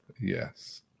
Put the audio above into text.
Yes